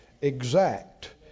exact